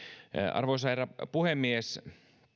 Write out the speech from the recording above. arvoisa herra puhemies